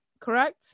correct